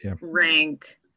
rank